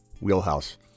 wheelhouse